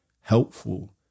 helpful